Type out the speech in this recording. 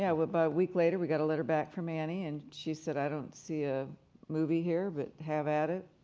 yeah about a week later we got a letter back from annie and she said, i don't see a movie here, but have at it.